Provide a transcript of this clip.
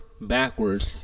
backwards